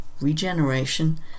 Regeneration